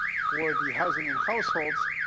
for the housing and households,